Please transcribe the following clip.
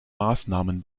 maßnahmen